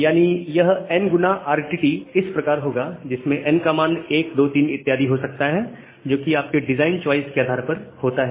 यानी यह nX RTT इस प्रकार होगा जिसमें n का मान 123 इत्यादि हो सकता है जो कि आपके डिजाइन चॉइस के आधार पर होता है